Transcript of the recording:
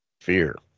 Fear